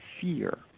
fear